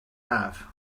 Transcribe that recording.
haf